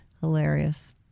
Hilarious